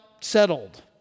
settled